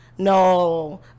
No